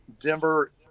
Denver